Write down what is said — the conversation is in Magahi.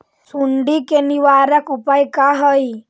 सुंडी के निवारक उपाय का हई?